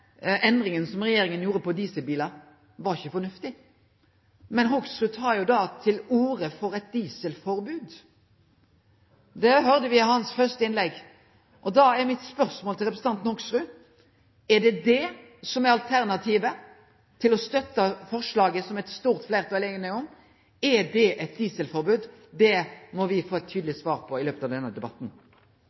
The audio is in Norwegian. endringa som regjeringa gjorde på dieselbilar, ikkje var fornuftig. Men Hoksrud tek jo til orde for eit dieselforbod – det hørde me i hans første innlegg. Da er mitt spørsmål til representanten Hoksrud: Er det eit dieselforbod som er alternativet til å støtte forslaget som eit stort fleirtal er einige om? Det må me få eit tydeleg svar på i løpet av denne debatten.